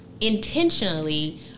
intentionally